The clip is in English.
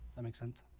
that makes sense